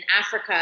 Africa